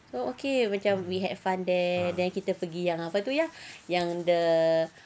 so okay macam we had fun there then kita pergi yang apa tu yang yang the